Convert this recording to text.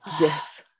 yes